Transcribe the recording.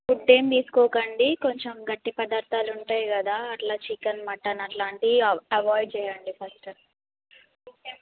food ఏం తీసుకోకండి కొంచం గట్టి పదార్థాలు ఉంటాయి కదా అట్లా చికెన్ మటన్ అట్లాంటివి అవాయిడ్ చేయండి ఫస్ట్